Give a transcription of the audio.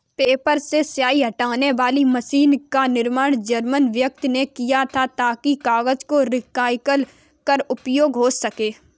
paper से स्याही हटाने वाली मशीन का निर्माण जर्मन व्यक्ति ने किया था ताकि कागज को रिसाईकल कर उपयोग हो सकें